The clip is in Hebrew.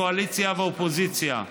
קואליציה ואופוזיציה,